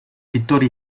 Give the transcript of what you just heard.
pittore